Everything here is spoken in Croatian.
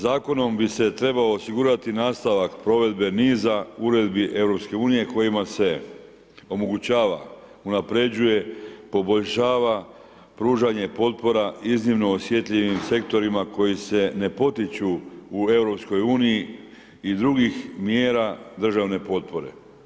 Zakonom se bi se trebalo osigurati nastavak provedbe niza uredbi EU-a kojima se omogućava, unaprjeđuje, poboljšava pružanje potpora iznimno osjetljivim sektorima kojim se ne potiču u EU-u i drugih mjera državne potpore.